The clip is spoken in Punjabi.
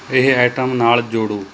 ਇਹ ਆਈਟਮ ਨਾਲ ਜੋੜੋ